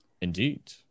indeed